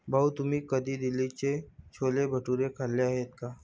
भाऊ, तुम्ही कधी दिल्लीचे छोले भटुरे खाल्ले आहेत का?